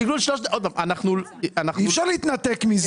אבל בשקלול שלושת החודשים, אי-אפשר להתנתק מזה.